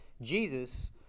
Jesus